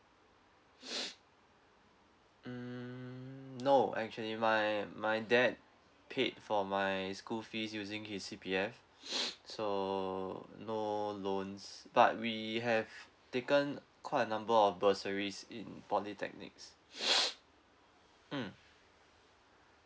mm no actually my my dad paid for my school fees using his C_P_F so no loans but we have taken quite a number of bursaries in polytechnics mm